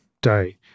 day